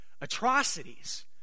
atrocities